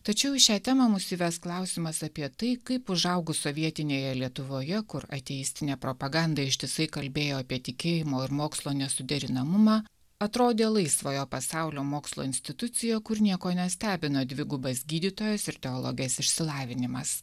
tačiau į šią temą mus įves klausimas apie tai kaip užaugus sovietinėje lietuvoje kur ateistinė propaganda ištisai kalbėjo apie tikėjimo ir mokslo nesuderinamumą atrodė laisvojo pasaulio mokslo institucija kur nieko nestebino dvigubas gydytojos ir teologės išsilavinimas